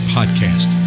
Podcast